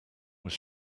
was